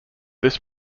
this